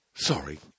sorry